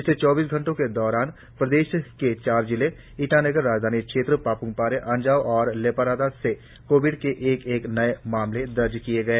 पिछले चौबीस घंटे के दौराण प्रदेश के चार जिलों ईटानगर राजधानी क्षेत्र पाप्मपारे अंजाव और लेपारादा से कोविड के एक एक नए मामले दर्ज किए गए